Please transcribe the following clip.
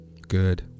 good